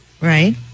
Right